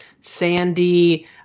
Sandy